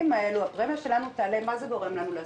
האלה הפרמיה שלנו תעלה מה זה גורם לנו לעשות?